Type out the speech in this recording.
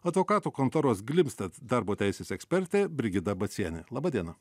advokatų kontoros glimstedt darbo teisės ekspertė brigita bacienė laba diena